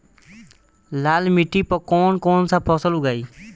लाल मिट्टी पर कौन कौनसा फसल उगाई?